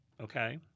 Okay